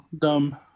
dumb